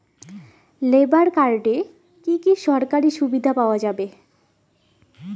Labour কার্ডে কি কি সরকারি সুবিধা পাওয়া যাবে?